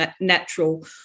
natural